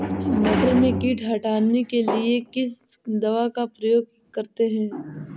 मटर में कीट हटाने के लिए किस दवा का प्रयोग करते हैं?